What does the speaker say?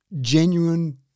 genuine